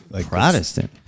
Protestant